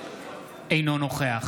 אינו נוכח